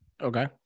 Okay